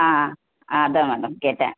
ஆ அதுதான் மேடம் கேட்டேன்